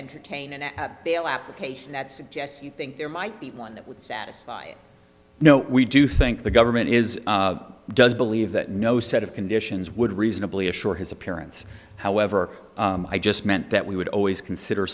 entertain and bail application that suggests you think there might be one that would satisfy you know we do think the government is does believe that no set of conditions would reasonably assure his appearance however i just meant that we would always consider